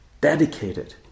dedicated